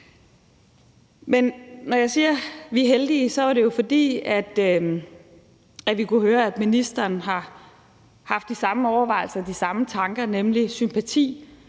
Men når jeg siger, vi er heldige, så var det jo, fordi vi kunne høre, at ministeren har haft de samme overvejelser og de samme tanker, nemlig sympati